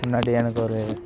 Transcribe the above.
முன்னாடி எனக்கு ஒரு